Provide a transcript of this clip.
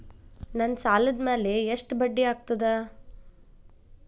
ನನ್ನ ಸಾಲದ್ ಮ್ಯಾಲೆ ಎಷ್ಟ ಬಡ್ಡಿ ಆಗ್ತದ?